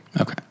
Okay